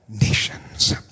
nations